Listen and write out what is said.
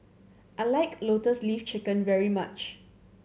I like Lotus Leaf Chicken very much